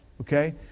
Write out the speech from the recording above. Okay